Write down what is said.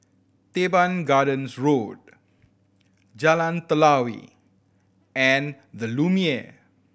Teban Gardens Road Jalan Telawi and The Lumiere